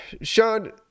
Sean